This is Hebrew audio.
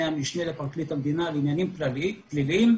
המשנה לפרקליט המדינה לעניינים פליליים.